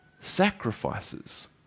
sacrifices